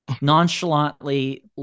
nonchalantly